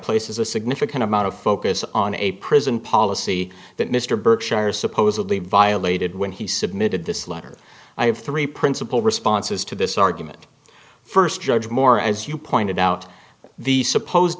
places a significant amount of focus on a prison policy that mr berkshire's supposedly violated when he submitted this letter i have three principal responses to this argument first judge moore as you pointed out the supposed